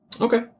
Okay